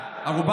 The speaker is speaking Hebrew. ורק אנחנו,